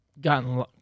gotten